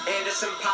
Anderson